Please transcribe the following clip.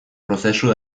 prozesu